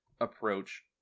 approach